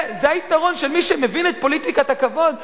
זה היתרון של מי שמבין את פוליטיקת הכבוד,